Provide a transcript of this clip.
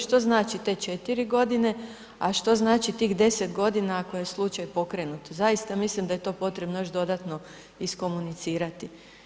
Što znači te 4 godine, a što znači tih 10 godina, ako je slučaj pokrenut, zaista mislim da je to potrebno još dodatno iskomunicirati.